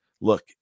look